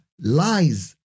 lies